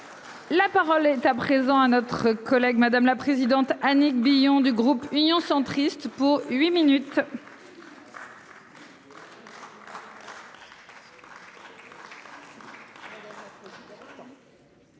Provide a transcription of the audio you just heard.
La parole est à présent à notre collègue Madame la Présidente Annick Billon du groupe Union centriste pour huit minutes. On va baisser.